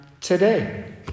today